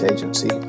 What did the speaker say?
Agency